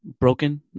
broken